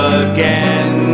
again